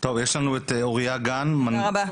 הבעיה שברגע שזה יהיה חוקי זה לא יהיה קטין בן 17,